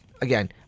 Again